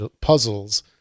puzzles